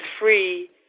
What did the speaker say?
free